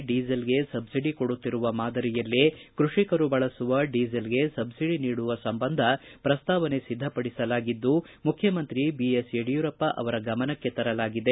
ಡೀಸೆಲ್ಗೆ subsidy ಕೊಡುತ್ತಿರುವ ಮಾದರಿಯಲ್ಲೇ ಕೃಷಿಕರು ಬಳಸುವ ಡೀಸೆಲ್ಗೆ ಸಬ್ಲಡಿ ನೀಡುವ ಸಂಬಂಧ ಪ್ರಸ್ತಾವನೆ ಸಿದ್ದಪಡಿಸಲಾಗಿದ್ದು ಮುಖ್ವಮಂತ್ರಿ ಬಿಎಸ್ ಯಡಿಯೂರಪ್ಪ ಅವರ ಗಮನಕ್ಕೆ ತರಲಾಗಿದೆ